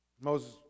Moses